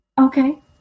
Okay